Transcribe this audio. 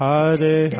Hare